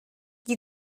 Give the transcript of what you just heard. you